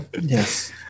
Yes